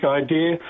idea